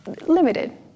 limited